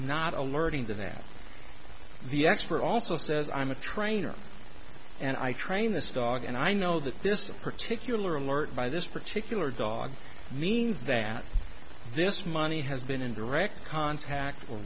not alerting to that the expert also says i'm a trainer and i train this dog and i know that this particular alert by this particular dog means that this money has been in direct contact or